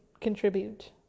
contribute